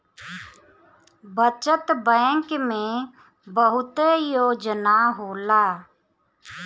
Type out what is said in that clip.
बचत बैंक में बहुते योजना होला